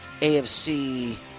AFC